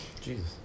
Jesus